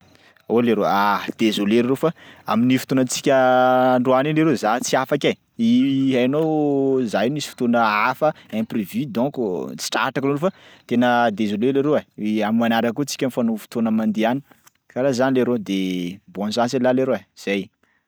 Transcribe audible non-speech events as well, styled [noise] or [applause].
Oh leroa, ah! Désolé leroa fa amin'ny fotoanantsika androany iny leroa za tsy afaka ai, [hesitation] hainao za io misy fotoana hafa imprévu donko tsy tratrako leroa fa tena désolé leroa e am'manaraky koa tsika mifanao fotoana mandeha any, karaha zany leroa de bonne chance ialahy leroa, zay.